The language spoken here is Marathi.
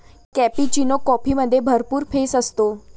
कॅपुचिनो कॉफीमध्ये भरपूर फेस असतो